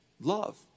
love